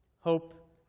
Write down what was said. Hope